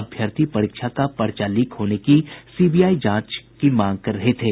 अभ्यर्थी परीक्षा का पर्चा लीक होने की सीबीआई जांच की मांग कर रहे थे